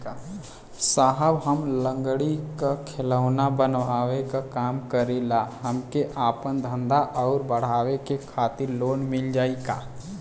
साहब हम लंगड़ी क खिलौना बनावे क काम करी ला हमके आपन धंधा अउर बढ़ावे के खातिर लोन मिल जाई का?